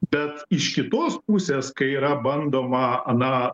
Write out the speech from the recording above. bet iš kitos pusės kai yra bandoma na